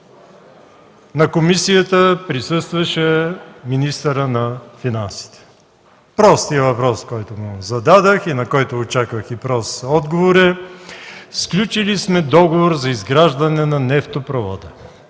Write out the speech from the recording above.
На комисията присъстваше министърът на финансите. Простият въпрос, който му зададох и на който очаквах и прост отговор, е: сключили сме договор за изграждане на нефтопровода,